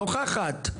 נוכחת,